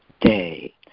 day